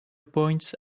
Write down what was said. points